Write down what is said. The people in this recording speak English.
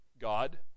God